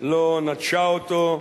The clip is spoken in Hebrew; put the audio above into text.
לא נטשה אותו,